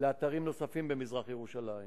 לאתרים נוספים במזרח-ירושלים.